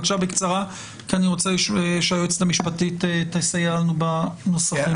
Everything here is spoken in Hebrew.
בבקשה בקצרה כי אני רוצה שהיועצת המשפטית תסייע לנו בנושא.